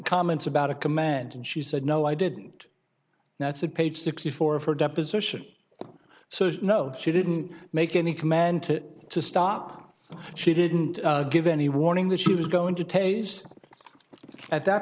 comments about a command and she said no i didn't that's a page sixty four of her deposition so you know she didn't make any command to stop she didn't give any warning that she was going to taze at that